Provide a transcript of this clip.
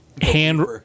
hand